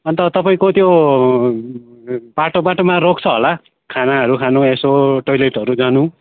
अन्त तपाईँको त्यो बाटो बाटोमा रोक्छ होला खानाहरू खानु यसो टोइलेटहरू जानु